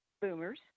boomers